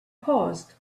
paused